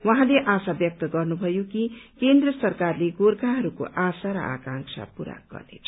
उहाँले आशा व्यक्त गर्नुभयो कि केन्द्र सरकारले गोर्खाहरूको आशा र आकांक्षा पूरा गर्नेछ